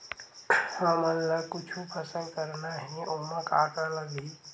हमन ला कुछु फसल करना हे ओमा का का लगही?